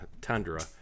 tundra